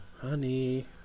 honey